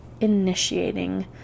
initiating